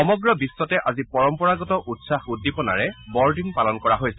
সমগ্ৰ বিশ্বতে আজি পৰম্পৰাগত উৎসাহ উদ্দীপনাৰে বৰদিন পালন কৰা হৈছে